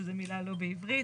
שזה מילה לא בעברית,